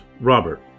Robert